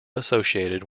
associated